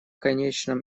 конечном